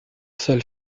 seule